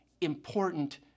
important